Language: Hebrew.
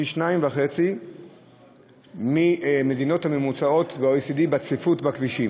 פי שניים וחצי מהממוצע במדינות ב-OECD בצפיפות בכבישים.